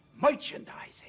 Merchandising